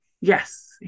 Yes